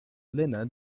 lenna